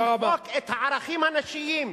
למחוק את הערכים הנשיים,